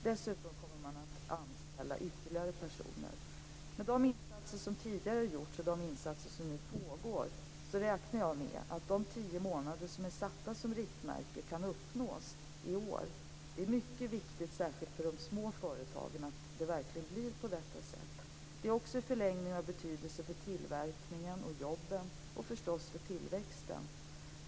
Dessutom kommer man att anställa ytterligare personer. Med de insatser som tidigare gjorts och de insatser som nu pågår räknar jag med att de tio månader som är satta som riktmärke kan uppnås i år. Det är mycket viktigt särskilt för de små företagen att det verkligen blir på detta sätt. Det är också i förlängningen av betydelse för tillverkningen och jobben och förstås för tillväxten.